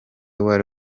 wari